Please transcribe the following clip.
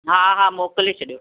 हा हा मोकिले छॾियो